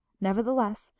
nevertheless